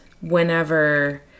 whenever